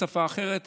בשפה אחרת,